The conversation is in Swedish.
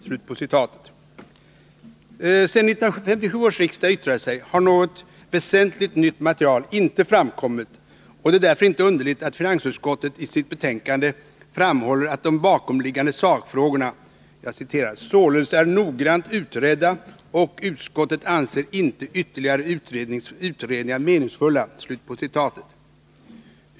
Sedan 1957 års riksdag yttrade sig har något väsentligt nytt material inte framkommit, och det är därför inte underligt att finansutskottet i sitt betänkande framhåller att de bakomliggande sakfrågorna ”således är noggrant utredda och utskottet anser inte ytterligare utredningar meningsfulla”.